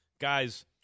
Guys